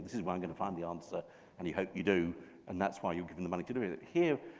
is where i'm going to find the answer and you hope you do and that's why you give them the money to do it. here,